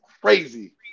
crazy